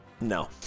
No